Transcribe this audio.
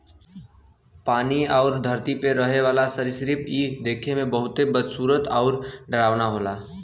पानी आउर धरती पे रहे वाला सरीसृप इ देखे में बहुते बदसूरत आउर डरावना होला